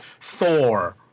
Thor